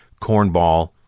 cornball